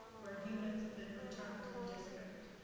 where units have been returned to the district.